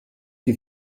die